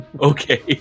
Okay